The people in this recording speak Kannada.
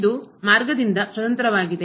ಇದು ಮಾರ್ಗದಿಂದ ಸ್ವತಂತ್ರವಾಗಿದೆ